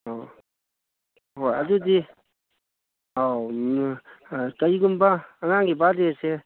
ꯑꯧ ꯍꯣꯏ ꯑꯗꯨꯗꯤ ꯑꯧ ꯀꯔꯤꯒꯨꯝꯕ ꯑꯉꯥꯡꯒꯤ ꯕꯥꯔꯠꯗꯦꯁꯦ